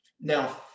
now